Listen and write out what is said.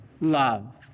love